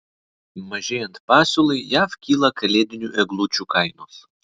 mažėjant pasiūlai jav kyla kalėdinių eglučių kainos